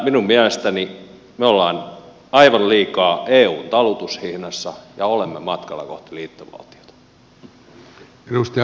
minun mielestäni me olemme aivan liikaa eun talutushihnassa ja olemme matkalla kohti liittovaltiota